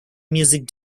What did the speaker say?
music